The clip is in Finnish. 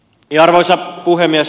arvoisa puhemies